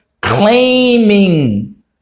claiming